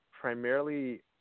primarily